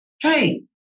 hey